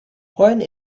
when